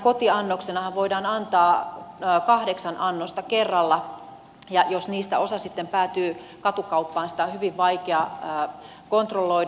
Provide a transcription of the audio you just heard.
tämmöisenä kotiannoksenahan voidaan antaa kahdeksan annosta kerralla ja jos niistä osa sitten päätyy katukauppaan sitä on hyvin vaikea kontrolloida